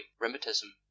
rheumatism